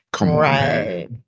right